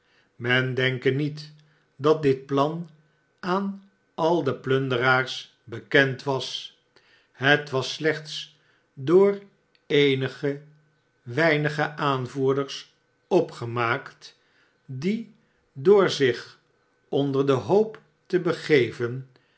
men denke niet dat dit plan aan al de plunderaars bekend was het was slechts door eenige weinige aanvoerders opgemaakt die door zich onder den hoop te begeven